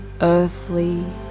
earthly